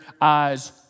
eyes